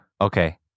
okay